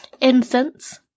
Incense